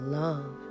love